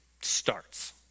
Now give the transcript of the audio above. starts